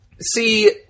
see